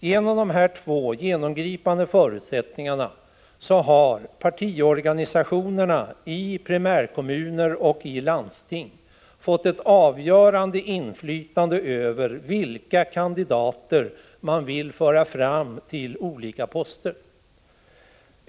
Till följd av dessa två genomgripande förändringar har partiorganisationerna i primärkommuner och i landsting fått ett avgörande inflytande över vilka kandidater man vill föra fram till olika poster.